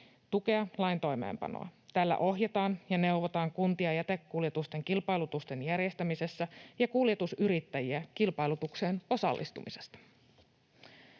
tukea lain toimeenpanoa. Tällä ohjataan ja neuvotaan kuntia jätekuljetusten kilpailutusten järjestämisessä ja kuljetusyrittäjiä kilpailutukseen osallistumisessa.